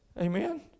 Amen